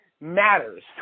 matters